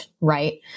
right